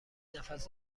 نفس